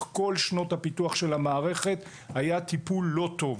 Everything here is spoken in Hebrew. כל שנות הפיתוח של המערכת היה טיפול לא טוב.